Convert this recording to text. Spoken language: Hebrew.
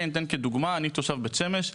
אתן דוגמה, אני תושב בית שמש.